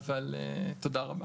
תודה רבה.